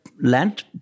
land